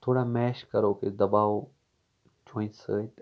تھوڑا میش کَروکھ أسۍ دَباوو چونچہِ سۭتۍ